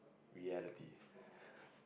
reality